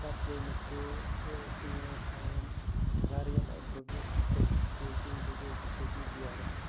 پَتہٕ گٔے مےٚ کٲم مےٚ اوس نہٕ یِوان ٹایِم گَرٕ یِنَس بہٕ بیوٗٹُھس تٔتی کوچِنگ بہٕ بیوٗٹُھس تٔتی ڈیرَس